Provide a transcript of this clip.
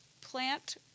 plant